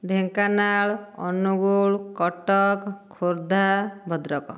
Dhenkanal Angul Cuttack Khordha Bhadrak